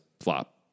flop